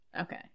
Okay